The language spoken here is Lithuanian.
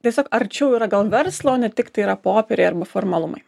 tiesiog arčiau yra gal verslo ne tiktai yra popieriai arba formalumai